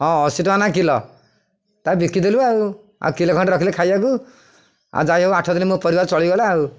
ହଁ ଅଶୀ ଟଙ୍କା ନା କିଲୋ ତା ବିକିଦେଲୁ ଆଉ ଆଉ କିଲୋ ଖଣ୍ଡେ ରଖିଲି ଖାଇବାକୁ ଆଉ ଯାଇ ହଉ ଆଠ ଦିନ ମୋ ପରିବାର ଚଳିଗଲା ଆଉ